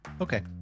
okay